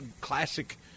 classic